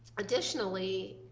additionally,